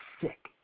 sick